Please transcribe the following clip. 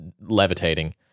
levitating